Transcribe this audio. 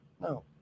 No